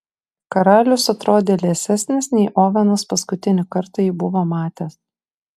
karalius atrodė liesesnis nei ovenas paskutinį kartą jį buvo matęs